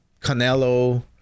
Canelo